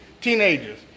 Teenagers